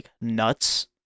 nuts